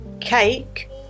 cake